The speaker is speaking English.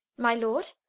my lord,